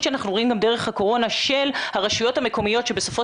שאנחנו רואים גם דרך הקורונה של הרשויות המקומיות שבסופו